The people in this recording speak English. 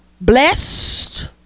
blessed